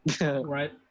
Right